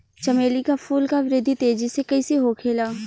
चमेली क फूल क वृद्धि तेजी से कईसे होखेला?